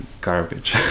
garbage